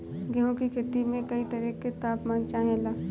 गेहू की खेती में कयी तरह के ताप मान चाहे ला